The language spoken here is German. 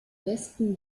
westen